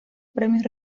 premios